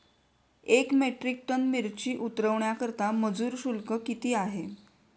एक metric tonne मिरची उतरवण्याकरता मजुर शुल्क किती आहे?